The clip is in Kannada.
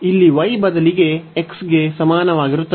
ಇಲ್ಲಿ y ಬದಲಿಗೆ x ಗೆ ಸಮಾನವಾಗಿರುತ್ತದೆ